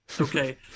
Okay